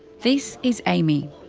this is amy.